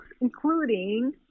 including